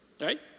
right